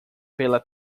pela